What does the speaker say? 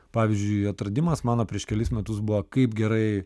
pavyzdžiui atradimas mano prieš kelis metus buvo kaip gerai